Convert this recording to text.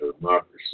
Democracy